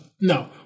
No